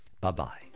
Bye-bye